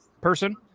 person